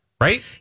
right